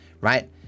right